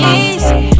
easy